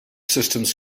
systems